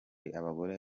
abagore